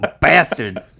bastard